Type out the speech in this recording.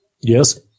Yes